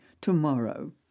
tomorrow